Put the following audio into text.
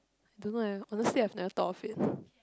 don't know leh honestly I've never thought of it